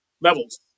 levels